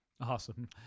Awesome